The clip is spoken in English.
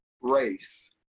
race